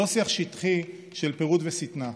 לא שיח שטחי של פירוד ושטנה.